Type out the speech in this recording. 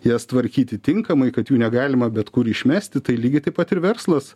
jas tvarkyti tinkamai kad jų negalima bet kur išmesti tai lygiai taip pat ir verslas